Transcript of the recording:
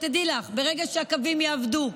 דעי לי שברגע שהקווים יעבדו,